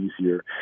easier